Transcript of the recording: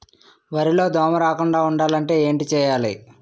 వరిలో దోమ రాకుండ ఉండాలంటే ఏంటి చేయాలి?